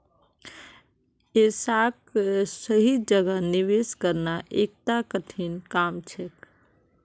ऐसाक सही जगह निवेश करना एकता कठिन काम छेक